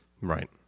Right